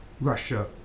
Russia